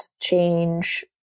change